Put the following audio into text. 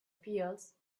fields